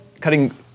Cutting